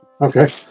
Okay